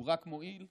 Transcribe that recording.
הוא רק מועיל,